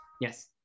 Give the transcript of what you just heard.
Yes